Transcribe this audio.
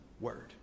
word